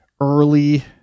early